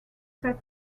sept